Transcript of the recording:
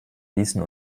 ließen